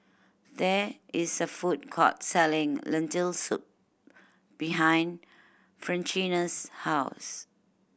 there is a food court selling Lentil Soup behind Francina's house